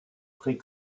très